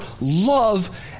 love